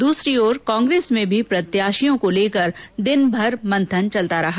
दूसरी ओर कांग्रेस में भी प्रत्याशियों को लेकर दिनभर मंथन चलता रहा